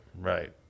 Right